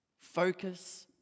focus